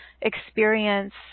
experience